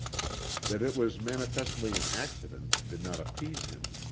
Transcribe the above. that it was manifestly an accident did not appease him.